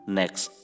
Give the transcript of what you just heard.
next